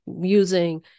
using